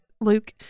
Luke